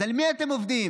אז על מי אתם עובדים?